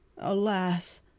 Alas